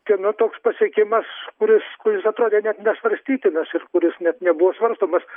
čia nu toks pasiekimas kuris kuris atrodė net nesvarstytinas ir kuris net nebuvo svarstomas